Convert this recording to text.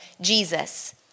Jesus